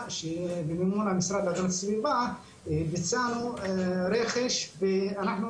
שבמימון המשרד להגנת הסביבה ביצענו רכש ואנחנו